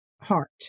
heart